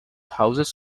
houses